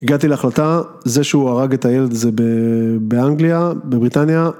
הגעתי להחלטה, זה שהוא הרג את הילד הזה באנגליה, בבריטניה.